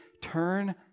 turn